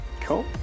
cool